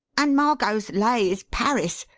and margot's lay is paris.